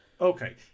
okay